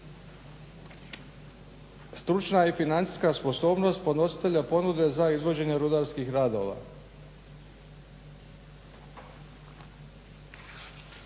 Stručna i financijska sposobnost podnositelja ponude za izvođenje rudarskih radova